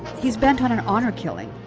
he's bent on an honor killing.